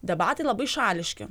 debatai labai šališki